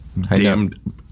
damned